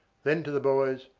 then to the boys,